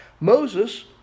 Moses